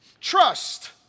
Trust